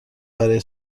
برای